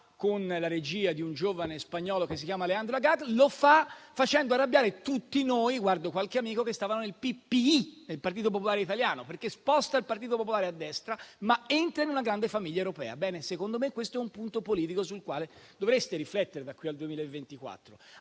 con la regia di un giovane spagnolo che si chiama Alejandro Agag; lo fa facendo arrabbiare tutti noi - guardo qualche amico - che stavamo nel Partito Popolare Italiano, perché lo sposta a destra, ma entra in una grande famiglia europea. Secondo me questo è un punto politico sul quale dovreste riflettere da qui al 2024.